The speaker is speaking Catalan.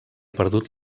perdut